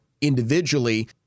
individually